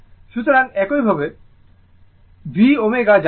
সুতরাং একইভাবে v ω জানুন